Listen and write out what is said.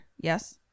Yes